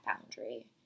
boundary